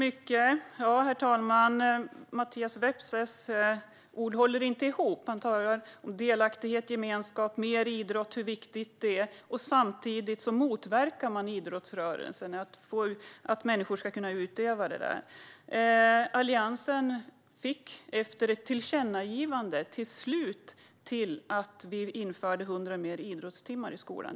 Herr talman! Mattias Vepsäs ord håller inte ihop. Han talar om delaktighet, gemenskap och om hur viktigt det är med mer idrott. Samtidigt motverkar man idrottsrörelsen och att människor ska kunna utöva idrott. Alliansen fick efter ett tillkännagivande till slut igenom 100 idrottstimmar mer i skolan.